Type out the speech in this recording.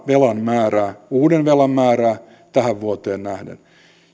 velan määrää uuden velan määrää tähän vuoteen nähden